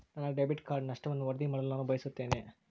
ನನ್ನ debit card ನಷ್ಟವನ್ನು ವರದಿ ಮಾಡಲು ನಾನು ಬಯಸುತ್ತೇನೆ